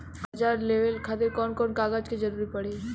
कर्जा लेवे खातिर कौन कौन कागज के जरूरी पड़ी?